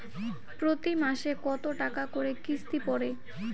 প্রতি মাসে কতো টাকা করি কিস্তি পরে?